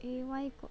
eh why got